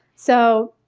so,